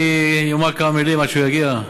אני אומר כמה מילים עד שהוא יגיע?